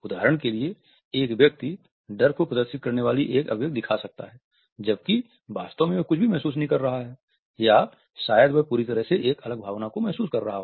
उदाहरण के लिए एक व्यक्ति डर को प्रदर्शित करने वाली एक अभिव्यक्ति दिखा सकता है जबकि वास्तव में वह कुछ भी महसूस नहीं कर रहा हैं या शायद वह पूरी तरह से एक अलग भावना को महसूस कर रहा हो